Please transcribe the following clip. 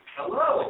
Hello